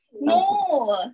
No